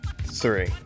three